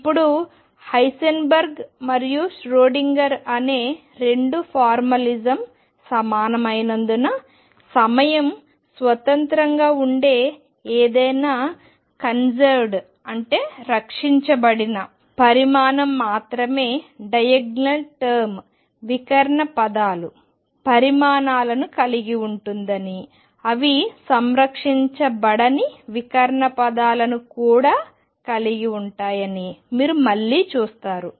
ఇప్పుడు హైసెన్బర్గ్ మరియు ష్రోడింగర్ అనే రెండు ఫార్మలిజం సమానమైనందున సమయం స్వతంత్రంగా ఉండే ఏదైనా కన్సర్వ్డ్ సంరక్షించబడిన పరిమాణం మాత్రమే డయాగ్నల్ టర్మ్స్ వికర్ణ పదాల పరిమాణాలను కలిగి ఉంటుందని అవి సంరక్షించబడని వికర్ణ పదాలను కూడా కలిగి ఉంటాయని మీరు మళ్లీ చూస్తారు